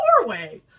Norway